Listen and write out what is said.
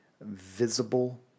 visible